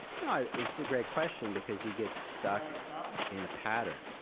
no, it's a great question, because you get stuck in a pattern.